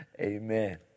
Amen